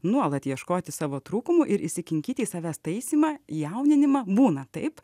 nuolat ieškoti savo trūkumų ir įsikinkyti į savęs taisymą jauninimą būna taip